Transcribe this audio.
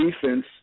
defense